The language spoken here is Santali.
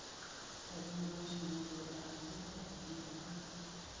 ᱟᱵᱚ ᱱᱚᱣᱟ ᱥᱚᱢᱟᱡ ᱨᱮᱫᱚ ᱟᱭᱢᱟ ᱦᱚᱲᱟᱜ ᱟᱭᱢᱟ ᱨᱚᱠᱚᱢ